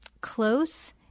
close